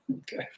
Okay